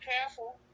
careful